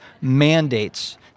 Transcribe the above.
mandates